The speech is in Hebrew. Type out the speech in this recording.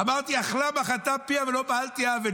אמרתי: "אכלה ומחתה ואמרה פיה ולא פעלתי און".